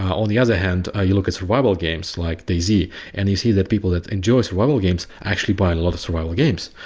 on the other hand, ah you look at survival games, like dayz and you see that people that enjoy survival games actually buy a lot of survival games.